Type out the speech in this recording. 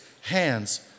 hands